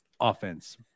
offense